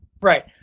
Right